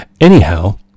Anyhow